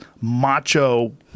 macho